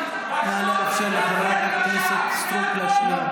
נא לאפשר לחברת הכנסת סטרוק להשלים,